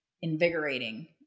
invigorating